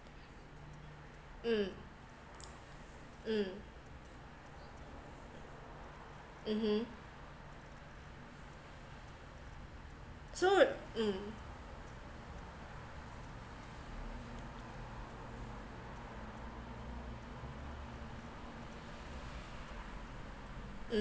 mm mm mmhmm so mm